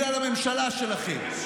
בגלל הממשלה שלכם.